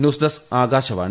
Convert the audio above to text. news desk Akashvani